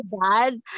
bad